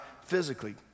physically